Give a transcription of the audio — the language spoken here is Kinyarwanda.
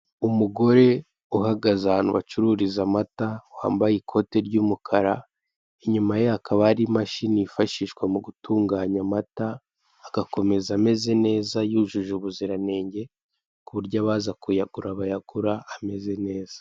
Umugore uhagaze ahantu bacururiza amata, wambaye ikote ry'umukara, inyuma ye hakaba hari imashini yifashishwa mu gutunganya amata, agakomeza ameze neza yujuje ubuziranenge, ku buryo abaza kuyagura bayagura ameze neza.